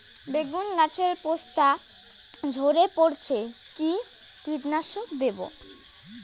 বেগুন গাছের পস্তা ঝরে পড়ছে কি কীটনাশক দেব?